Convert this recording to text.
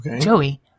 Joey